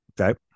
Okay